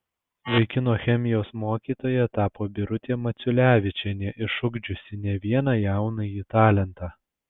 vaikino chemijos mokytoja tapo birutė maciulevičienė išugdžiusi ne vieną jaunąjį talentą